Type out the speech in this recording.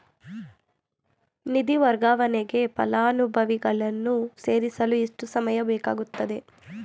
ನಿಧಿ ವರ್ಗಾವಣೆಗೆ ಫಲಾನುಭವಿಗಳನ್ನು ಸೇರಿಸಲು ಎಷ್ಟು ಸಮಯ ಬೇಕಾಗುತ್ತದೆ?